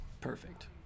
Perfect